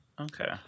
okay